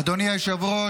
אדוני היושב-ראש,